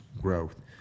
growth